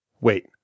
Wait